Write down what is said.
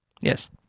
Yes